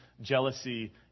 jealousy